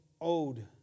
owed